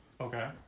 Okay